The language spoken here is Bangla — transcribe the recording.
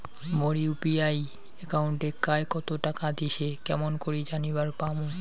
মোর ইউ.পি.আই একাউন্টে কায় কতো টাকা দিসে কেমন করে জানিবার পামু?